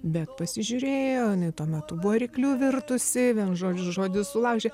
bet pasižiūrėjo o jinai tuo metu buvo rykliu virtusi vienu žodžiu žodį sulaužė